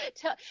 tell